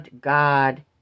God